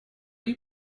you